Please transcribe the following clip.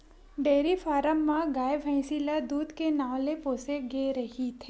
dairy farm म गाय, भइसी ल दूद के नांव ले पोसे गे रहिथे